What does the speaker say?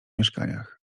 mieszkaniach